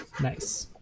Nice